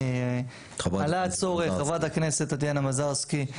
חברת הכנסת טטיאנה מזרסקי,